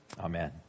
amen